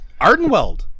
Ardenweld